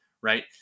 right